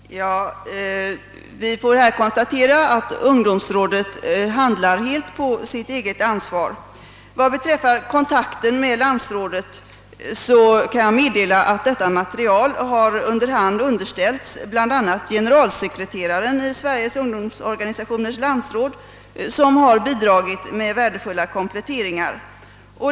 Herr talman! Vi får här konstatera att ungdomsrådet handlar helt på sitt eget ansvar. Vad beträffar kontakten med landsrådet kan jag meddela att detta material under hand underställts bland andra generalsekreteraren i Sveriges ungdomsorganisationers landsråd som bidragit med värdefulla kompletteringar.